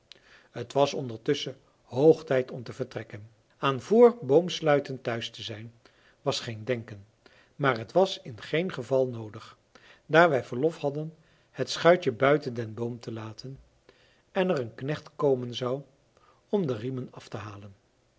het was ondertusschen hoog tijd om te vertrekken aan vr boomsluiten thuis te zijn was geen denken maar het was in geen geval noodig daar wij verlof hadden het schuitje buiten den boom te laten en er een knecht komen zou om de riemen af te halen